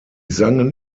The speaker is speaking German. sangen